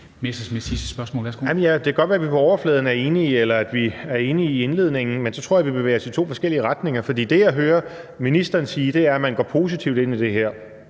Det kan godt være, at vi på overfladen er enige, eller at vi er enige i indledningen, men derfra tror jeg så, vi bevæger os i to forskellige retninger. For det, jeg hører ministeren sige, er, at man går positivt ind i det her,